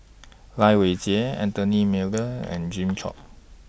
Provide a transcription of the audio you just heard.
Lai Weijie Anthony Miller and Jimmy Chok